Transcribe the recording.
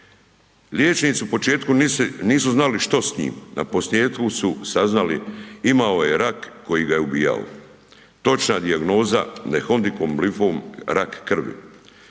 Liječnici u početku nisu, nisu znali što s njim. Naposljetku su saznali, imao je rak koji ga je ubijao, točna dijagnoza Ne-Hodgkinov limfom, rak krvi.